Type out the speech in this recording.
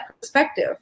perspective